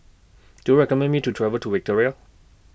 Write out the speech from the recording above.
Do YOU recommend Me to travel to Victoria